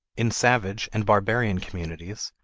in savage and barbarian communities,